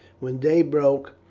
when day broke,